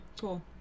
cool